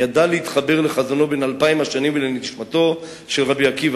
ידע להתחבר לחזונו בן אלפיים השנים ולנשמתו של רבי עקיבא.